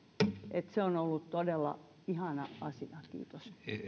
se on ollut todella ihana asia kiitos